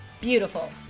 Beautiful